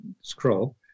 scroll